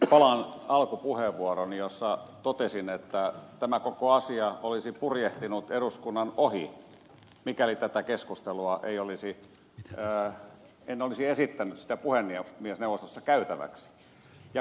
palaan alkupuheenvuorooni jossa totesin että tämä koko asia olisi purjehtinut eduskunnan ohi mikäli tätä keskustelua en olisi esittänyt puhemiesneuvostossa käytäväksi